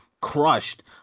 crushed